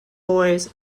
boys